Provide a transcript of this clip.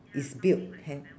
is build have